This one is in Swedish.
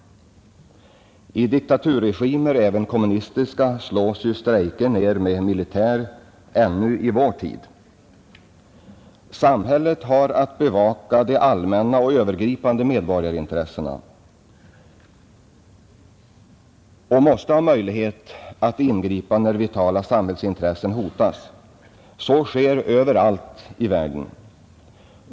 I diktaturregimer, även kommunistiska, slås strejker ner med militär ännu i vår tid. Samhället har att bevaka de allmänna och övergripande medborgarintressena och måste ha möjlighet att inskrida när vitala samhällsintressen hotas. Så sker överallt i världen.